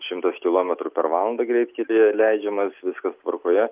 šimtas kilometrų per valandą greitkelyje leidžiamas viskas tvarkoje